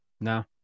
No